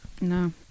No